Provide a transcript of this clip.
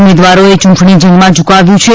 ઉમેદવારોએ યૂંટણી જંગમાં ઝુકાવ્યું છે